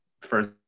first